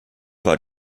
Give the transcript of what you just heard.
war